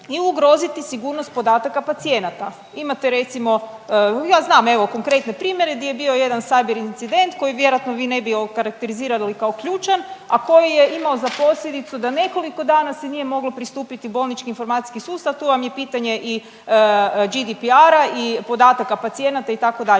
i ugroziti sigurnost podataka pacijenata. Imate recimo, ja znam evo konkretne primjere di je bio jedan cyber incident koji vjerojatno vi ne bi okarakterizirali kao ključan, a koji je imao za posljedicu da nekoliko dana se nije moglo pristupiti u bolnički informacijski sustav, tu vam je pitanje i GDPR-a i podataka pacijenata itd.,